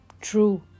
True